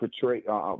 portray